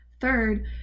Third